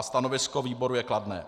Stanovisko výboru je kladné.